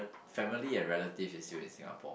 family and relative is still in Singapore